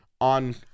on